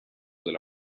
della